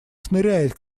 шныряет